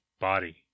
body